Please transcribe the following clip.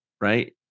right